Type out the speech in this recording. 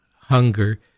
hunger